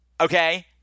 Okay